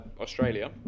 Australia